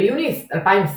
" ביוני 2020